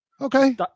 Okay